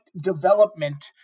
development